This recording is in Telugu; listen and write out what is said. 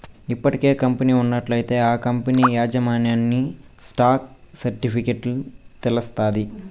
ఇప్పటికే కంపెనీ ఉన్నట్లయితే ఆ కంపనీ యాజమాన్యన్ని స్టాక్ సర్టిఫికెట్ల తెలస్తాది